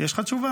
יש לך תשובה,